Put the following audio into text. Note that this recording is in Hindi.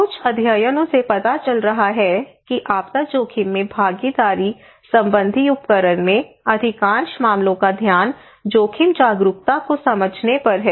कुछ अध्ययनों से पता चल रहा है कि आपदा जोखिम में भागीदारी संबंधी उपकरण में अधिकांश मामलों का ध्यान जोखिम जागरूकता को समझने पर है